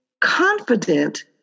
confident